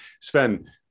Sven